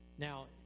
Now